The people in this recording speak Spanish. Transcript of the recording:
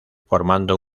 formando